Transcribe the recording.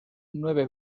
nueve